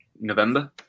November